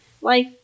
life